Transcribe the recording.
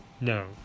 No